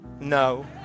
no